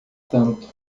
tanto